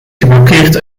geblokkeerd